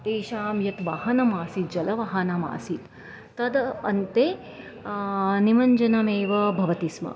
तेषां यत् वाहनमासीत् जलवहनमासीत् तद् अन्ते निमञ्जनमेव भवति स्म